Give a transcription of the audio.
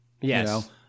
Yes